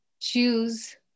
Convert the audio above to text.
choose